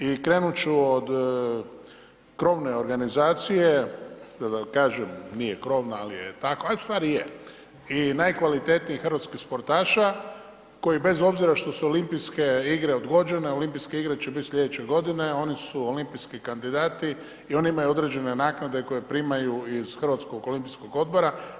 I krenut ću od krovne organizacije, da tako kažem, nije krovna, ali je takva, a u stvari je i najkvalitetnijih hrvatskih sportaša koji bez obzira što su Olimpijske igre odgođene, Olimpijske igre će biti slijedeće godine, oni su olimpijski kandidati i oni imaju određene naknade koje primaju iz Hrvatskog olimpijskog odbora.